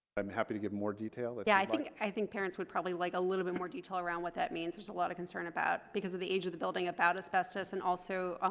i'm happy to give more details yeah i think i think parents would probably like a little bit more detail around what that means. there's a lot of concern about because of the age of the building about asbestos and also